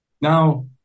Now